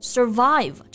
Survive